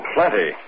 Plenty